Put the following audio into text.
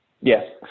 Yes